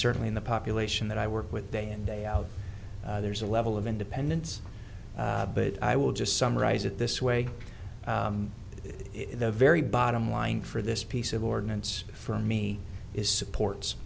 certainly in the population that i work with day in day out there is a level of independence but i will just summarize it this way the very bottom line for this piece of ordinance for me is supports